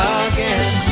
again